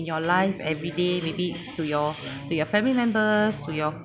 in your life every day maybe to your to your family members to your